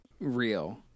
real